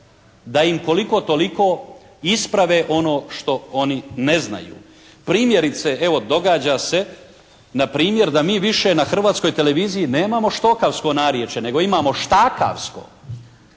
da im koliko toliko isprave ono što oni ne znaju. Primjerice, evo događa se npr. da mi više na Hrvatskoj televiziji nemamo štokavsko narječje nego imamo štakavsko